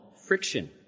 Friction